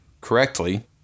correctly